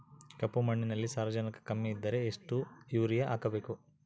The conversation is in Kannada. ಕಪ್ಪು ಮಣ್ಣಿನಲ್ಲಿ ಸಾರಜನಕ ಕಮ್ಮಿ ಇದ್ದರೆ ಎಷ್ಟು ಯೂರಿಯಾ ಹಾಕಬೇಕು?